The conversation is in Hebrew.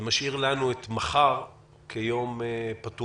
זה משאיר לנו את מחר כיום פתוח.